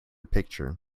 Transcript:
picture